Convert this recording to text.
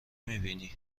میبینی